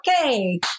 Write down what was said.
Okay